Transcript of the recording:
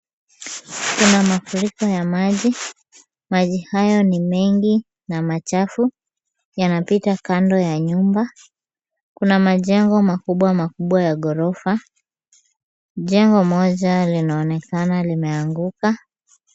Kuna mafuriko ya maji. Maji haya ni mengi na machafu. Yanapita kando ya nyumba. Kuna majengo makubwa makubwa ya ghorofa. Jengo moja linaonekana limeanguka.